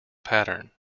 pattern